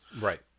right